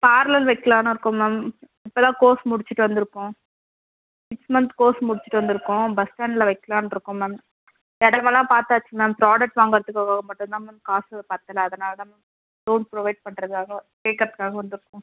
parlour வைக்கிலான்னு இருக்கோம் ma'am இப்போ தான் கோர்ஸ் முடிச்சிட்டு வந்திருக்கோம் சிக்ஸ் மந்த் கோர்ஸ் முடிச்சிட்டு வந்திருக்கோம் பஸ் ஸ்டாண்ட்ல வைக்கிலான்னு இருக்கோம் மேம் இடமெல்லாம் பார்த்தாச்சு மேம் ப்ராடக்ட்ஸ் வாங்குகிறத்துக்காக மட்டும் தான் மேம் காசு பத்தலை அதனால் தான் மேம் லோன் ப்ரொவைட் பண்ணுறத்துக்காக வந் கேட்கறத்துக்காக வந்திருக்கோம்